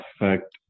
affect